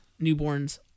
newborns